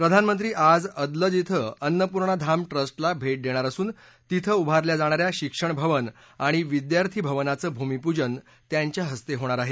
प्रधानमंत्री आज अदलज ड्डं अन्नपूर्णा धाम ट्रस्टला भेट देणार असून तिथं उभारल्या जाणा या शिक्षण भवन आणि विद्यार्थी भवनाचं भूमीपूजन त्यांच्या हस्ते होणार आहे